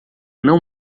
não